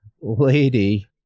lady